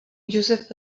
josef